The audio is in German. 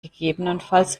gegebenenfalls